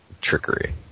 trickery